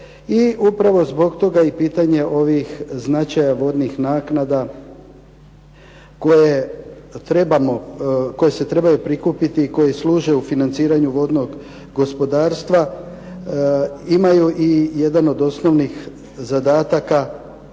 upravo zbog toga i pitanje ovih značaja vodnih naknada koje se trebaju prikupiti i koje služe u financiranju vodnog gospodarstva imaju jedan od osnovnih zadataka.